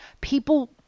People